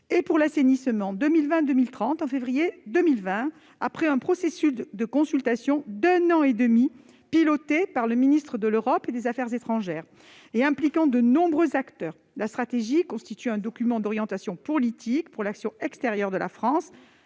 stratégie internationale en février 2020, après un processus de consultation d'un an et demi, piloté par le ministère de l'Europe et des affaires étrangères et impliquant de nombreux acteurs. La stratégie constitue un document d'orientation politique pour l'action extérieure de la France